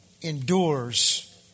endures